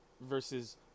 versus